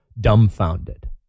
dumbfounded